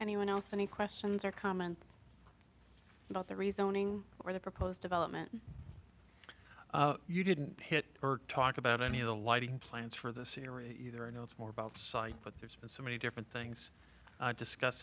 anyone else any questions or comments about the rezoning or the proposed development you didn't hit or talk about any of the lighting plans for the scenery or no it's more about site but there's been so many different things discuss